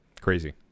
Crazy